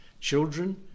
Children